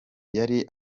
yari